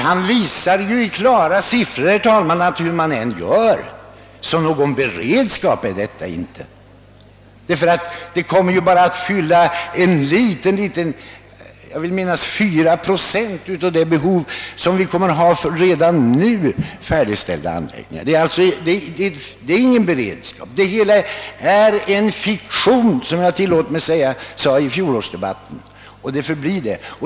Han visar där i klara siffror att hur man än gör, så någon beredskap blir det inte fråga om. Ranstad kommer bara att fylla en liten del — jag vill minnas 4 procent — av det behov som vi kommer att ha för redan nu färdigställda anläggningar. Det är alltså ingen beredskap. Det hela är en fiktion, som jag tillät mig att säga i fjolårets debatt, och det förblir det.